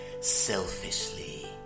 selfishly